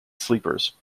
sleepers